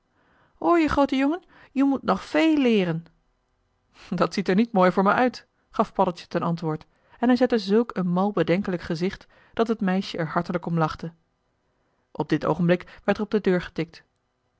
hoor je groote jongen je moet nog veel leeren dat ziet er niet mooi voor me uit gaf paddeltje ten antwoord en hij zette zulk een mal bedenkelijk gezicht dat het meisje er hartelijk om lachte op dit oogenblik werd er op de deur getikt